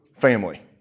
family